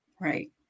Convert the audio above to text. Right